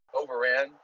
overran